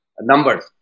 numbers